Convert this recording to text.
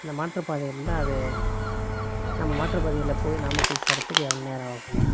இந்த மாற்றுப்பாதை இருந்தால் அது நம்ம மாற்றுப்பாதையில் போய் நாமக்கல் சேர்றதுக்கு எவ்வளோ நேரம் ஆகுண்ணா